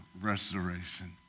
restoration